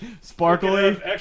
Sparkly